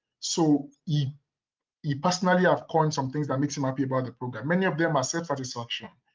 so he personally i've coined some things that makes him happy about the program. many of them are set for instruction.